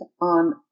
on